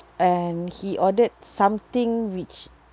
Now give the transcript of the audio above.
and he ordered something which